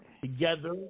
together